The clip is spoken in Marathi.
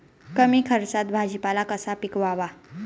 कमी खर्चात भाजीपाला कसा पिकवावा?